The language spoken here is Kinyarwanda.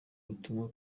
ubutumwa